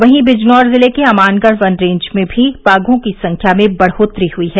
वहीं बिजनौर जिले के अमानगढ़ वन रेंज में भी बाघों की संख्या में बढ़ोत्तरी हुयी है